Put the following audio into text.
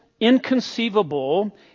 inconceivable